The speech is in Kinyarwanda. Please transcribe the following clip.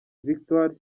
victoire